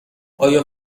آیا